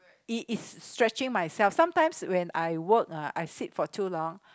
it is stretching myself sometimes when I work ah I sit for too long